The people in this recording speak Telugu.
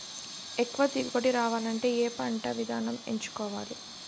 ఎక్కువ దిగుబడి రావాలంటే ఏ పంట విధానం ఎంచుకోవాలి?